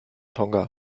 tonga